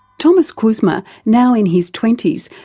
thomas kuzma, now in his twenties,